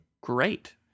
Great